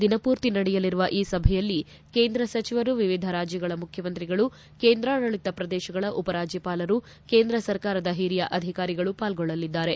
ದಿನಪೂರ್ತಿ ನಡೆಯಲಿರುವ ಈ ಸಭೆಯಲ್ಲಿ ಕೇಂದ್ರ ಸಚಿವರು ವಿವಿಧ ರಾಜ್ಯಗಳ ಮುಖ್ಯಮಂತ್ರಿಗಳು ಕೇಂದ್ರಾಡಳಿತ ಪ್ರದೇಶಗಳ ಉಪ ರಾಜ್ಯಪಾಲರು ಕೇಂದ್ರ ಸರ್ಕಾರದ ಹಿರಿಯ ಅಧಿಕಾರಿಗಳು ಪಾಲ್ಗೊಳ್ಳಲಿದ್ದಾರೆ